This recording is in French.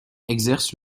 exerce